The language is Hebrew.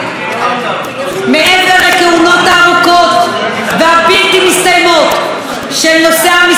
מעבר לכהונות הארוכות והבלתי-מסתיימות של נושאי המשרות הבכירות בקרנות,